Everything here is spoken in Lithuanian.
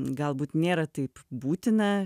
galbūt nėra taip būtina